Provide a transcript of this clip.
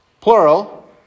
plural